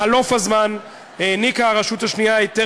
בחלוף הזמן העניקה הרשות השנייה היתר